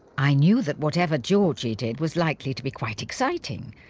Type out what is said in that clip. i knew that whatever georgie did was likely to be quite exciting,